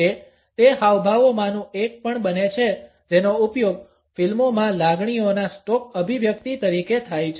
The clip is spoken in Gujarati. તે તે હાવભાવોમાંનું એક પણ બને છે જેનો ઉપયોગ ફિલ્મોમાં લાગણીઓના સ્ટોક અભિવ્યક્તિ તરીકે થાય છે